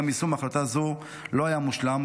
גם יישום החלטה זו לא היה מושלם,